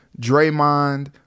draymond